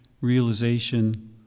realization